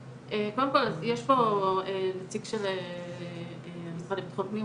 קודם כל יש פה נציג של המשרד לביטחון פנים,